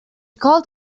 called